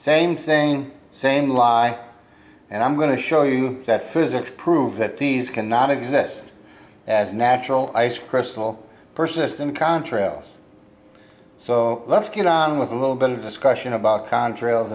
thing same lie and i'm going to show you that physics prove that these cannot exist as natural ice crystal persis and contrails so let's get on with a little bit of discussion about contrails